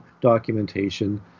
documentation